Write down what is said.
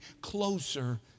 closer